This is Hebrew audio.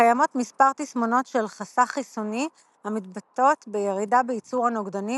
קיימות מספר תסמונות של חסך חיסוני המתבטאות בירידה בייצור הנוגדנים,